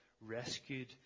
rescued